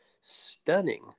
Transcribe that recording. stunning